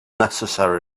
necessary